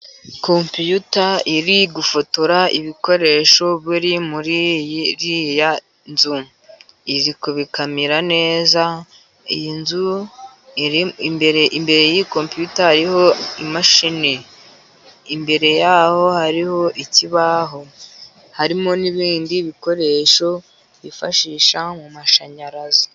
Kompiyuta iri gufotora ibikoresho biri muri iriya nzu. Iri kubikamera neza, iyi nzu iri imbere y'iyi Kompiyuta hariho imashini. iri imbere y'iyi mashini. Imbere ya ho hariho ikibaho, harimo n'ibindi bikoresho byifashishwa mu mashanyarazi.